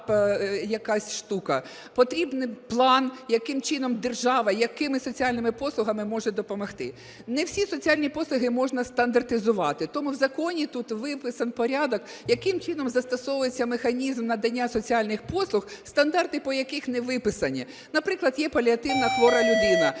потрібен план, яким чином держава якими соціальними послугами можуть допомогти. Не всі соціальні послуги можна стандартизувати, тому в законі тут виписаний порядок, яким чином застосовується механізм надання соціальних послуг, стандарти по яких не виписані. Наприклад, є паліативна хвора людина,